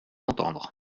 entendre